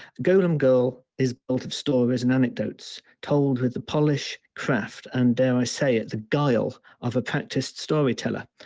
golem girl, is built of stories and anecdotes told with the polish craft and dare i say it, the gale of a practiced storyteller.